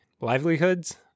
livelihoods